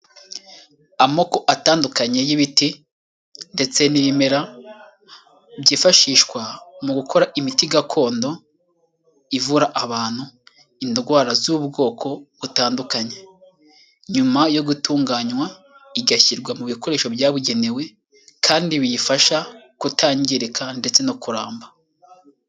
Amoko atandukanye y'ibiti ndetse n'ibimera, byifashishwa mu gukora imiti gakondo ivura abantu indwara z'ubwoko butandukanye. Nyuma yo gutunganywa, igashyirwa mu bikoresho byabugenewe, kandi biyifasha kutangirika ndetse no kuramba.